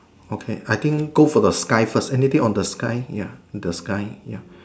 okay I think go for the sky first anything on the sky ya the sky ya